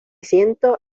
siento